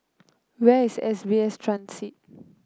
where is S B S Transit